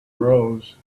rows